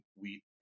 wheat